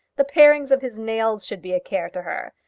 the parings of his nails should be a care to her.